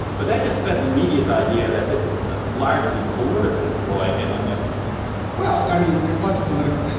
but that just fed the media's idea that this is a largely political ploy and unnecessary well, i mean, it was political.